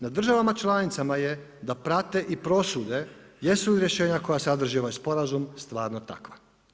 Na državama članicama je da prate i prosude jesu li rješenja koja sadrži ovaj sporazum stvarno takva.